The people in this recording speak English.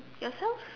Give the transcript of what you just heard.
yourself